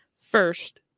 first